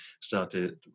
started